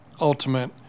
ultimate